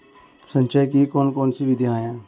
सिंचाई की कौन कौन सी विधियां हैं?